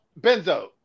Benzo